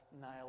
Nile